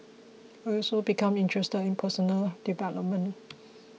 he also became interested in personal development